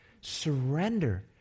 Surrender